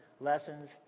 lessons